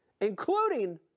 including